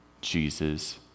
Jesus